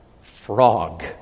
FROG